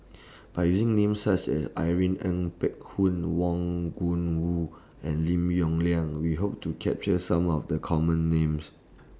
By using Names such as Irene Ng Phek Hoong Wang Gungwu and Lim Yong Liang We Hope to capture Some of The Common Names